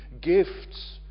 gifts